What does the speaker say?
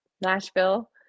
nashville